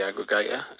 aggregator